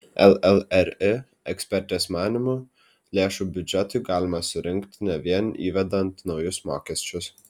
llri ekspertės manymu lėšų biudžetui galima surinkti ne vien įvedant naujus mokesčius